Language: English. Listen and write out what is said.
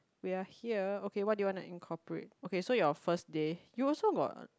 we are here okay what do you want to incorporate okay so your first day you also got